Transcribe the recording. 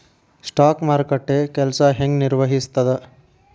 stock ಮಾರುಕಟ್ಟೆ ಕೆಲ್ಸ ಹೆಂಗ ನಿರ್ವಹಿಸ್ತದ